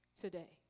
today